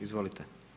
Izvolite.